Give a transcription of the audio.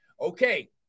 Okay